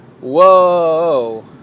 whoa